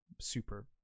super